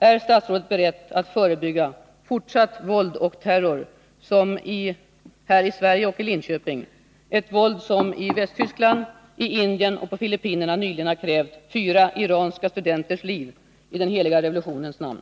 Är statsrådet beredd att förebygga fortsatt våld och terror av det slag som förekommit i Sverige, bl.a. i Linköping, ett våld som i Västtyskland, i Indien och på Filippinerna nyligen krävt fyra iranska studenters liv i den heliga revolutionens namn.